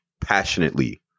passionately